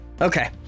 okay